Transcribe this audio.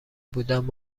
بودند